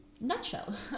nutshell